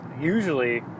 usually